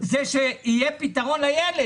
זה שיהיה פתרון לילד.